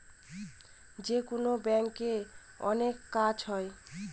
যেকোনো ব্যাঙ্কে অনেক কাজ হয়